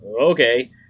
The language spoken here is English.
Okay